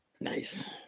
Nice